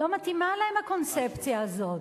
לא מתאימה להן הקונספציה הזאת.